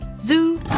Zoo